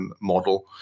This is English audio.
model